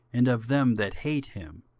and of them that hate him,